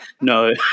No